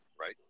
right